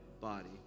body